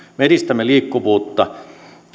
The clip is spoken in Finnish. me edistämme liikkuvuutta